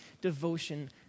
devotion